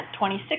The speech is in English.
26%